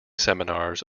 seminars